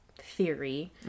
theory